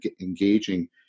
engaging